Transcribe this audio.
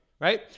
right